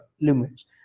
limits